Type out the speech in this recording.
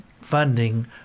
funding